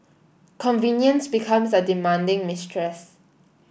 convenience becomes a demanding mistress